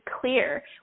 clear